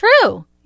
True